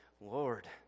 Lord